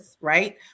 right